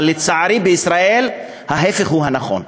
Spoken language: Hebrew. אבל לצערי, בישראל ההפך הוא הנכון.